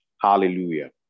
Hallelujah